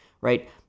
right